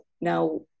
now